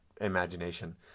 imagination